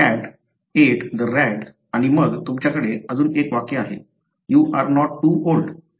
the cat ate the rat आणि मग तुमच्याकडे अजून एक वाक्य आहे you are not too old